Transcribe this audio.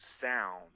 sound